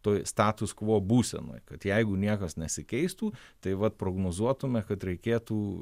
toj status kvo būsenoj kad jeigu niekas nesikeistų tai vat prognozuotume kad reikėtų